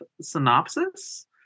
synopsis